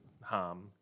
harm